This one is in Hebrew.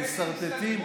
ולכן גם כשאתם מסרטטים,